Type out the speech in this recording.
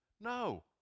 No